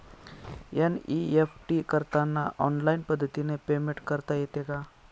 NEFT करताना online पद्धतीने payment करता येते का?